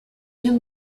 him